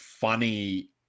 funny